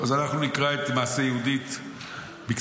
אז אנחנו נקרא את מעשה יהודית בקצרה.